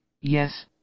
yes